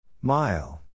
Mile